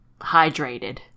hydrated